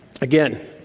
Again